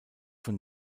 von